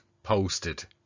posted